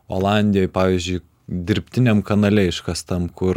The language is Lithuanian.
olandijoj pavyzdžiui dirbtiniam kanale iškastam kur